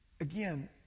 again